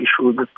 issues